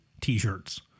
T-shirts